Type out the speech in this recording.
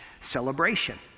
celebration